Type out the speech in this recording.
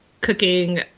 cooking